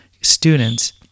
students